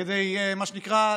כדי להכשיר, מה שנקרא,